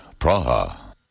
Praha